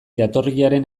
jatorriaren